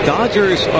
Dodgers